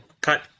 Cut